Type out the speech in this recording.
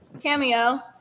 cameo